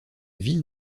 ville